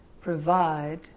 provide